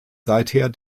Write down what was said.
seither